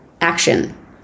action